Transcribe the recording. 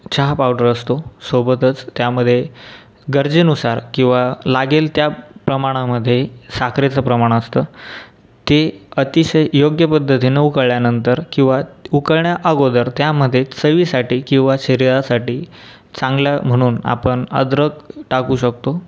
चहा पावडर असतो सोबतच त्यामध्ये गरजेनुसार किंवा लागेल त्या प्रमाणामध्ये साखरेचं प्रमाण असतं ते अतिशय योग्य पद्धतीनं उकळल्यानंतर किंवा उकळण्या अगोदर त्यामध्ये चवीसाठी किंवा शरीरासाठी चांगलं म्हणून आपण अद्रक टाकू शकतो